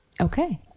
Okay